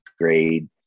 grade